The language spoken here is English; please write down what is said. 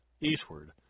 eastward